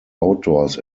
outdoors